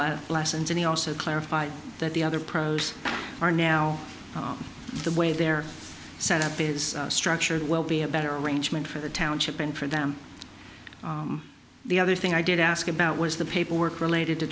last lessons and he also clarified that the other pros are now the way they're set up is structured well be a better arrangement for the township and for them the other thing i did ask about was the paperwork related to